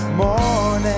morning